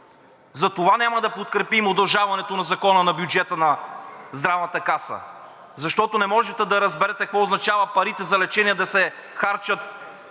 Затова няма да подкрепим удължаването на Закона за бюджета на Здравната каса, защото не можете да разберете какво означава парите за лечение да се харчат както